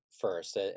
first